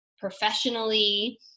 professionally